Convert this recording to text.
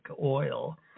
oil